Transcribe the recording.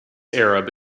arab